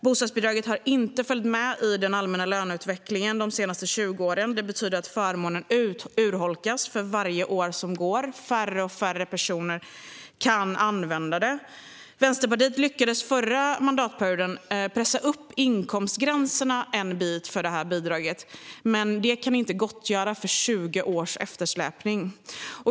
Bostadsbidraget har inte följt med i den allmänna löneutvecklingen de senaste 20 åren. Det betyder att förmånen urholkas för varje år som går och att färre och färre personer kan använda den. Förra mandatperioden lyckades Vänsterpartiet pressa upp inkomstgränserna en bit för detta bidrag, men det kunde inte gottgöra 20 års eftersläpning.